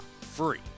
free